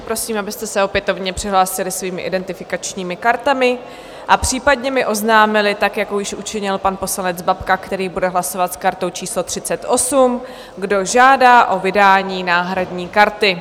Prosím, abyste se opětovně přihlásili svými identifikačními kartami a případně mi oznámili, jako již učinil pan poslanec Babka, který bude hlasovat s kartou číslo 38, kdo žádá o vydání náhradní karty.